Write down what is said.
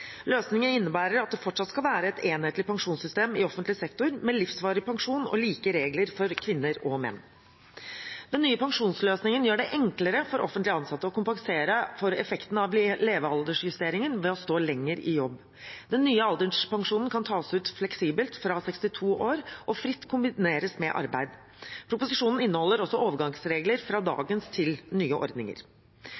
Løsningen innebærer at det fortsatt skal være et enhetlig pensjonssystem i offentlig sektor, med livsvarig pensjon og like regler for kvinner og menn. Den nye pensjonsløsningen gjør det enklere for offentlig ansatte å kompensere for effekten av levealdersjusteringen ved å stå lenger i jobb. Den nye alderspensjonen kan tas ut fleksibelt fra 62 år og fritt kombineres med arbeid. Proposisjonen inneholder også overgangsregler fra